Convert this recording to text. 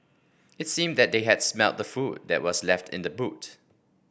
it seemed that they had smelt the food that were left in the boot